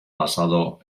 pasado